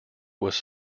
was